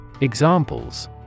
Examples